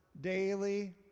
daily